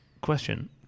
question